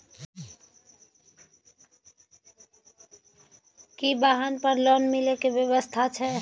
की वाहन पर लोन मिले के व्यवस्था छै?